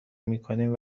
میکنیم